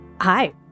Hi